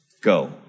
go